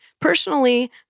Personally